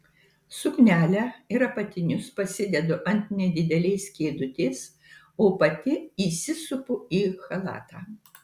suknelę ir apatinius pasidedu ant nedidelės kėdutės o pati įsisupu į chalatą